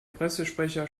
pressesprecher